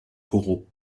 corot